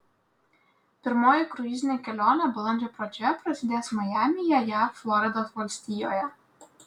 pirmoji kruizinė kelionė balandžio pradžioje prasidės majamyje jav floridos valstijoje